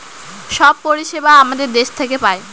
সব পরিষেবা আমাদের দেশ থেকে পায়